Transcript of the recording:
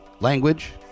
language